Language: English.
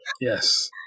Yes